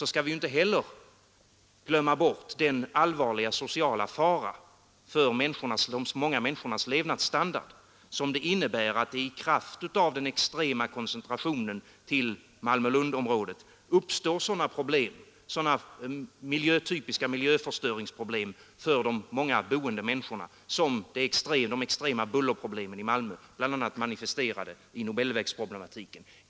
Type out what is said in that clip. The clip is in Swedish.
Jag syftar på den allvarliga sociala fara för de många människornas levnadsstandard som det innebär att det i kraft av den extrema koncentrationen till Malmö-Lund-området uppstår sådana typiska miljöförstöringsproblem som bullerproblem, bl.a. manifesterade i Nobelvägsproblematiken.